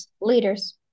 leaders